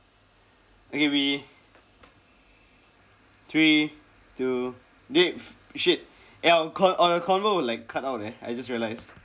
ok we three two dey shit eh our con~ our convo will like cut out eh I just realised